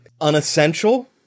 unessential